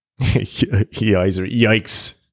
yikes